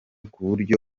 kuburyo